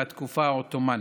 מהתקופה העות'מאנית.